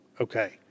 Okay